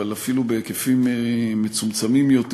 אבל אפילו בהיקפים מצומצמים יותר,